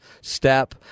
step